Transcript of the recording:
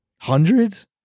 hundreds